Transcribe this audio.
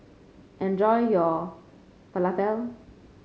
enjoy your Falafel